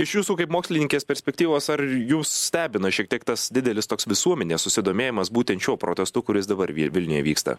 iš jūsų kaip mokslininkės perspektyvos ar jus stebina šiek tiek tas didelis toks visuomenės susidomėjimas būtent šiuo protestu kuris dabar vie vilniuje vyksta